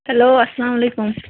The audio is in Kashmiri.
ہیٚلو السلامُ علیکُم